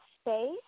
space